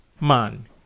man